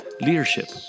leadership